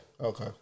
Okay